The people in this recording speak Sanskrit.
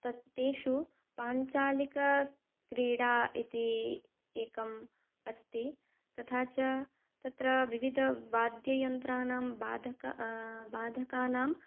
तत् तेषु पाञ्चालिकक्रीडा इति एकम् अस्ति तथा च तत्र विविधवाद्ययन्त्राणां बाधक बाधकानां